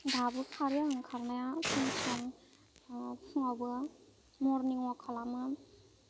दाबो खारो आङो खारनाया सम सम फुङावबो मरनिं अवाक खालामो